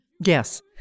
Yes